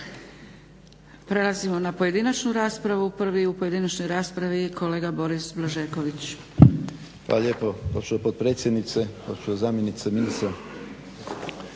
Prelazimo na pojedinačnu raspravu. Prvi u pojedinačnoj raspravi je kolega Boris Blažeković. **Blažeković, Boris (HNS)** Hvala lijepo gospođo potpredsjednice. Gospođo zamjenice ministra.